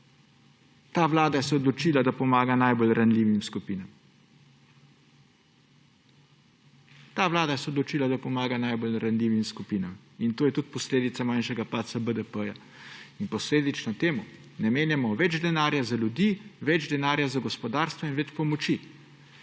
Ta vlada se je odločila, da pomaga najbolj ranljivim skupinam. Ta vlada se je odločila, da pomaga najbolj ranljivim skupinam in to je tudi posledica manjšega padca BDP-ja. In posledično temu namenjamo več denarja za ljudi, več denarja za gospodarstvo in več pomoči.